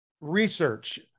Research